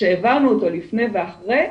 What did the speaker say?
שהעברנו אותו לפני ואחרי,